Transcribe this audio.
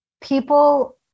people